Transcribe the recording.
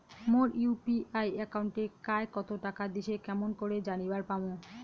মোর UPI একাউন্টে কায় কতো টাকা দিসে কেমন করে জানিবার পামু?